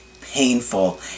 painful